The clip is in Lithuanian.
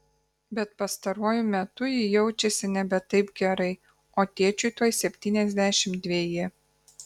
bet pastaruoju metu ji jaučiasi nebe taip gerai o tėčiui tuoj septyniasdešimt dveji